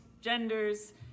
genders